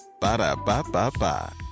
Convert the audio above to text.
Ba-da-ba-ba-ba